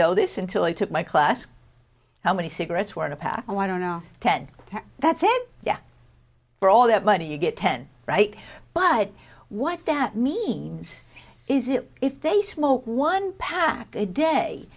know this until i took my class how many cigarettes were in a pack and i don't know ten that then yeah for all that money you get ten right but what that means is if if they smoke one pack a day